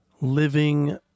living